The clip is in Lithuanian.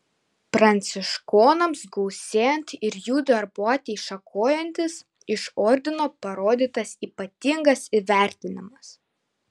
pranciškonams gausėjant ir jų darbuotei šakojantis iš ordino parodytas ypatingas įvertinimas